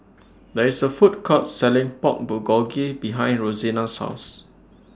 There IS A Food Court Selling Pork Bulgogi behind Rosina's House